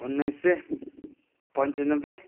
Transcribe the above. उन्नाइस सय पन्चानब्बे